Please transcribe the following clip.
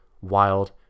wild